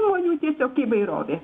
žmonių tiesiog įvairovė